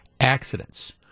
accidents